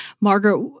Margaret